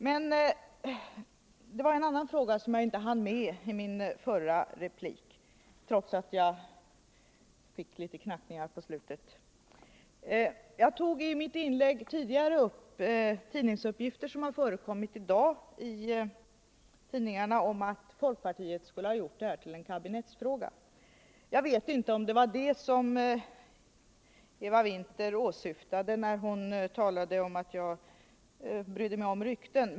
Men det var en annan fråga som jag inte hann ta upp i min förra replik. I ett om att folkpartiet skulle ha gjort detta till en kabinettsfråga. Jag vet inte om det var det som Eva Winther åsyftade när hon talade om att jag brydde mig om rykten.